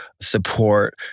support